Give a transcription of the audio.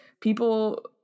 people